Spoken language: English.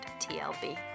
TLB